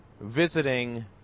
visiting